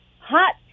Hot